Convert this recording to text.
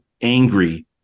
angry